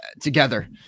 together